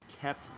Kept